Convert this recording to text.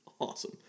Awesome